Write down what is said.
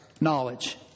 Knowledge